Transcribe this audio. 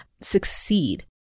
succeed